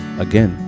again